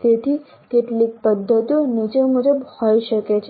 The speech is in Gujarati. તેથી કેટલીક પદ્ધતિઓ નીચે મુજબ હોઈ શકે છે